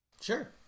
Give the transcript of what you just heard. Sure